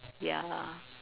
ya